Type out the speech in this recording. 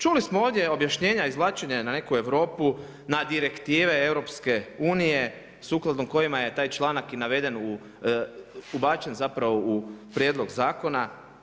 Čuli smo ovdje objašnjenja, izvlačenja na neku Europu, na direktive EU sukladno kojima je taj članak i naveden, ubačen zapravo u prijedlog zakona.